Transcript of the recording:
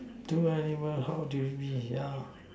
two animal how do you meet ya